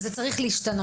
המצב צריך להשתנות.